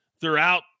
throughout